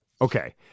Okay